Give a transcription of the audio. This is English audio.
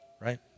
right